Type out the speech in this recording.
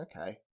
okay